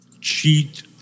cheat